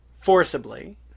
Forcibly